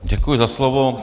Děkuji za slovo.